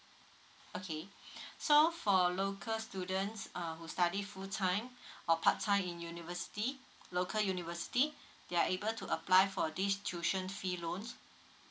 okay so for local students um who study full time or part time in university local university they're able to apply for this tuition fee loans